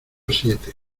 siete